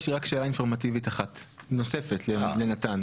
יש לי רק שאלה אינפורמטיבית אחת נוספת לנתן.